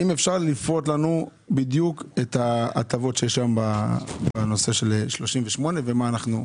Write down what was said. אם אפשר לפרוט לנו בדיוק את ההטבות שיש בנושא של 38 ומה אנחנו.